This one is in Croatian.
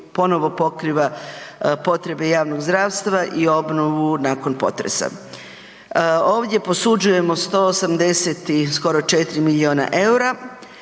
ponovo pokriva potrebe javnog zdravstva i obnovu nakon potresa. Ovdje posuđujemo 180 i skoro 4 miliona EUR-a